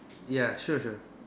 ya sure sure